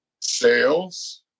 sales